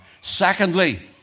secondly